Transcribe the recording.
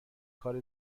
کار